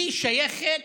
היא שייכת